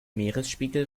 meeresspiegel